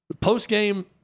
post-game